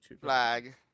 flag